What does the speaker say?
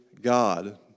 God